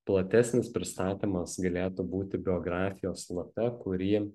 platesnis pristatymas galėtų būti biografijos lape kurį